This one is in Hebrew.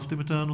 איך חשפתם את זה?